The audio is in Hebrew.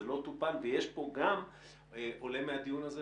זה לא טופל ומהדיון הזה,